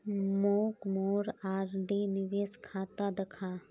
मोक मोर आर.डी निवेश खाता दखा